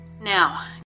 Now